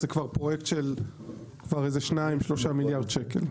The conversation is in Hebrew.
אז זה כבר פרויקט של 2-3 מיליארד שקלים.